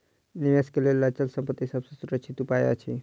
निवेश के लेल अचल संपत्ति सभ सॅ सुरक्षित उपाय अछि